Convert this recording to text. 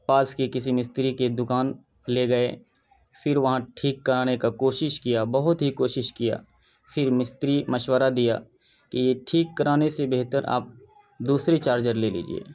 پاس کے کسی مستری کے دوکان لے گئے پھر وہاں ٹھیک کرانے کا کوشش کیا بہت ہی کوشش کیا پھر مستری مشورہ دیا کہ یہ ٹھیک کرانے سے بہتر آپ دوسری چارجر لے لیجیے